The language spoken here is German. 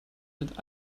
mit